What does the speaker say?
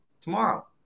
Tomorrow